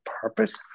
purpose